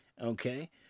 okay